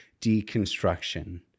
deconstruction